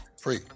free